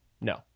No